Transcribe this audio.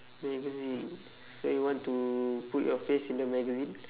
magazine so you want to put your face in the magazine